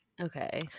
Okay